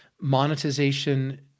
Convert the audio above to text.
monetization